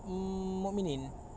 mm mukminin